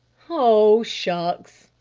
oh, shucks!